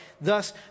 Thus